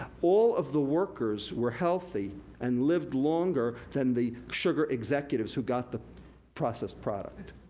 all of the workers were healthy and lived longer than the sugar executives who got the processed product.